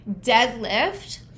deadlift